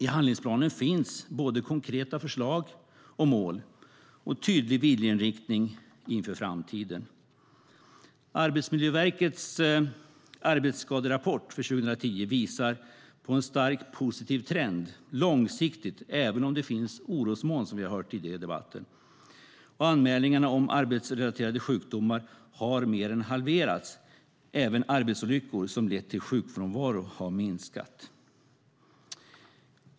I handlingsplanen finns både konkreta förslag och mål och en tydlig viljeinriktning inför framtiden. Arbetsmiljöverkets arbetsskaderapport för 2010 visar på en stark positiv trend långsiktigt - även om det finns orosmoln, som vi har hört tidigare i debatten. Anmälningarna om arbetsrelaterade sjukdomar har mer än halverats. Även arbetsolyckor som har lett till sjukfrånvaro har minskat.